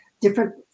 different